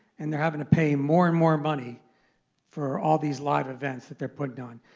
and they're having to pay more and more money for all these live events that they're putting on.